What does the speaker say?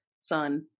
son